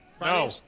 no